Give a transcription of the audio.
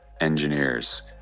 engineers